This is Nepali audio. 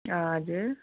हजुर